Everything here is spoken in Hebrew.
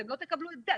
אתם לא תקבלו את זה.